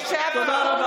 לא לא לא.